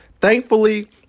thankfully